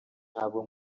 ntabwo